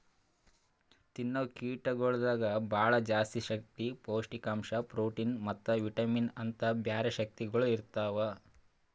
ತಿನ್ನವು ಕೀಟಗೊಳ್ದಾಗ್ ಭಾಳ ಜಾಸ್ತಿ ಶಕ್ತಿ, ಪೌಷ್ಠಿಕಾಂಶ, ಪ್ರೋಟಿನ್ ಮತ್ತ ವಿಟಮಿನ್ಸ್ ಅಂತ್ ಬ್ಯಾರೆ ಶಕ್ತಿಗೊಳ್ ಇರ್ತಾವ್